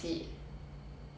ya